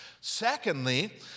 Secondly